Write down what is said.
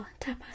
tapas